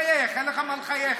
אל תחייך, אין לך מה לחייך.